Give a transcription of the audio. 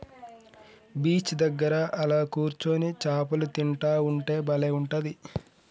beach దగ్గర అలా కూర్చొని చాపలు తింటా ఉంటే బలే ఉంటది